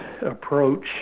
approach